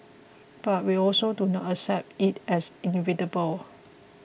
but we also do not accept it as inevitable